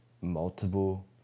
multiple